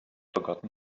forgotten